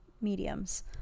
mediums